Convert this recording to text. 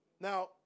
Now